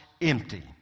empty